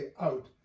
out